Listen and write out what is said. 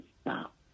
stop